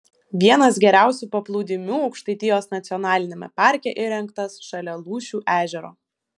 vienas geriausių paplūdimių aukštaitijos nacionaliniame parke įrengtas šalia lūšių ežero